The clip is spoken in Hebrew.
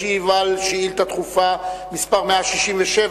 ישיב על שאילתא דחופה מס' 167,